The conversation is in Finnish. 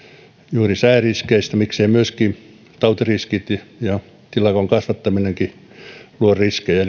juuri sääriskeistä mikseivät myöskin tautiriskit ja tilakoon kasvattaminenkin luo riskejä